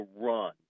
run